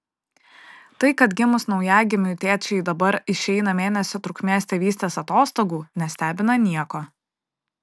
tai kad gimus naujagimiui tėčiai dabar išeina mėnesio trukmės tėvystės atostogų nestebina nieko